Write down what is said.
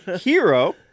hero